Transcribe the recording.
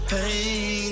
Pain